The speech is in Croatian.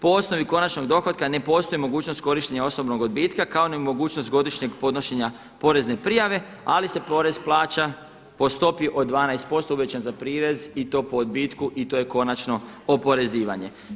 Po osnovi konačnog dohotka ne postoji mogućnost korištenja osobnog odbitka kao ni mogućnost godišnjeg podnošenja porezne prijave, ali se porez plaća po stopi od 12% uvećan za prirez i to po odbitku i to je konačno oporezivanje.